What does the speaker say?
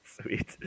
Sweet